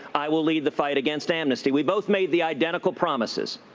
i will lead the fight against amnesty. we both made the identical promises.